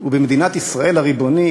ובמדינת ישראל הריבונית,